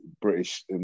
British